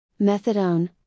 Methadone